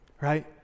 Right